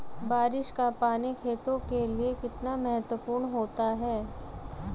बारिश का पानी खेतों के लिये कितना महत्वपूर्ण होता है?